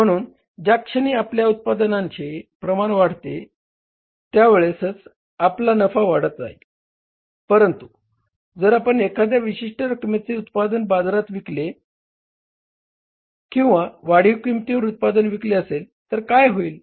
म्हणून ज्याक्षणी आपल्या उत्पादनाचे प्रमाणे वाढत जाईल त्यावेळस आपला नफा वाढत जाईल परंतु जर आपण एखाद्या विशिष्ट रकमेचे उत्पादन बाजारात विकले असेल किंवा वाढीव किंमतीवर उत्पादन विकले असेल तर काय होईल